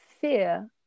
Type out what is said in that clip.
fear